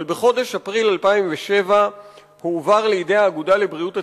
אבל בחודש אפריל 2007 הוא הועבר לידי האגודה לבריאות הציבור,